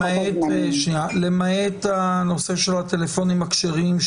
-- למעט הנושא של הטלפונים הכשרים,